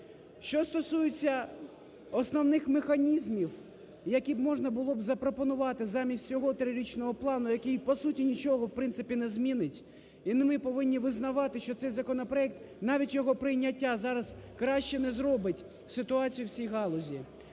Що стосується основних механізмів, які б можна було б запропонувати замість цього трирічного плану, який, по суті, нічого, в принципі, не змінить. І ми повинні визнавати, що цей законопроект навіть його прийняття зараз краще не зробить ситуацію в цій галузі.